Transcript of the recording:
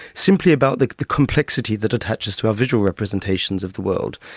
simply about the the complexity that attaches to our visual representations of the world.